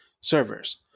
servers